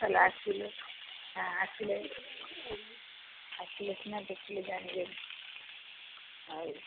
ତା'ହେଲେ ଆସିଲେ ହଁ ଆସିଲେ ଆସିଲେ ସିନା ଦେଖିଲେ ଜାଣିବେ ଆଉ